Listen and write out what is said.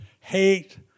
hate